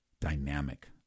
dynamic